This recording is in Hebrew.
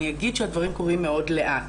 אני אגיד שהדברים קורים מאוד לאט.